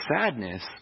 sadness